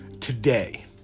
today